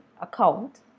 account